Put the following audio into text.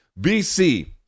BC